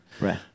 Right